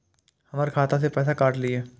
हमर खाता से पैसा काट लिए?